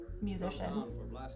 musicians